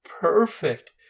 perfect